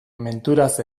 menturaz